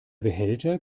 behälter